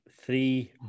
three